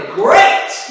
great